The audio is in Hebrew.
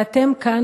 ואתם כאן,